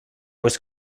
was